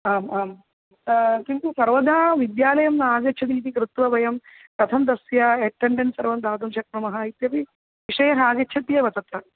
आम् आम् किन्तु सर्वदा विद्यालयं न आगच्छति इति कृत्वा वयं कथं तस्य अटेण्डेन्स् सर्वं दातुं शक्नुमः इत्यपि विषयः आगच्छत्येव तत्र